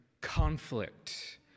conflict